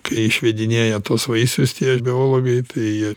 kai išvedinėja tuos vaisius tie biologai tai